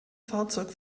fahrzeug